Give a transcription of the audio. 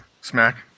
Smack